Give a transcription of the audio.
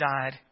died